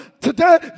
Today